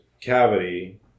cavity